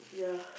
ya